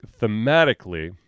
thematically